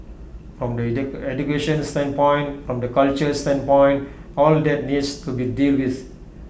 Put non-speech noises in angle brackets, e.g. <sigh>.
from the <noise> education standpoint from the culture standpoint all that needs to be dealt with